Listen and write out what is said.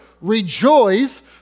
rejoice